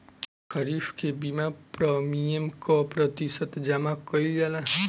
खरीफ के बीमा प्रमिएम क प्रतिशत जमा कयील जाला?